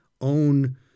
own